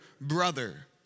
brother